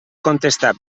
contestar